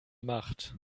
gemacht